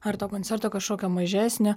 ar to koncerto kažkokio mažesnio